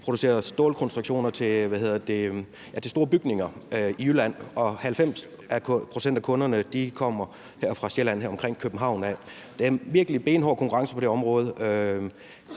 der producerer stålkonstruktioner til store bygninger, og 90 pct. af kunderne er på Sjælland her omkring København. Der er en virkelig benhård konkurrence på det her område.